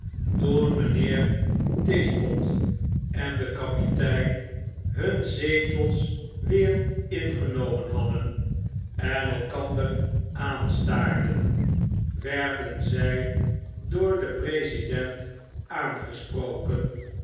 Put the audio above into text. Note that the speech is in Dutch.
toen mijnheer tiddypot en de kapitein hun zetels weer ingenomen hadden en elkander aanstaarden werden zjj door den president aangesproken